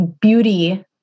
beauty